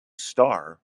starr